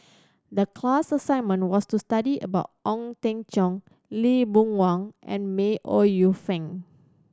the class assignment was to study about Ong Teng Cheong Lee Boon Wang and May Ooi Yu Fen